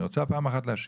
היא רוצה פעם אחת להשיב.